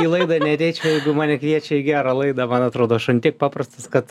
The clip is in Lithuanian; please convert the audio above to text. į laidą neateičiau jeigu mane kviečia į gerą laidą man atrodo aš an tiek paprastas kad